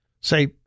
say